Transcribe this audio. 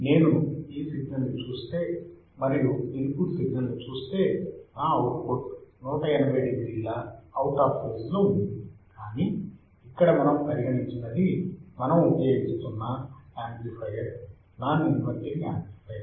నేను ఈ సిగ్నల్ని చూస్తే మరియు ఇన్పుట్ సిగ్నల్ని చూస్తే నా అవుట్పుట్ 180 డిగ్రీల అవుట్ ఆఫ్ ఫేజ్ లో ఉంది కానీ ఇక్కడ మనం పరిగణించినది మనం ఉపయోగిస్తున్న యాంప్లిఫైయర్ నాన్ ఇన్వర్టింగ్ యాంప్లిఫైయర్